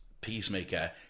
Peacemaker